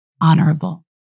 honorable